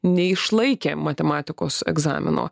neišlaikė matematikos egzamino